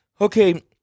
Okay